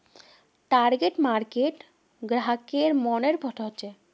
target market ग्राहकेर मनेर पर हछेक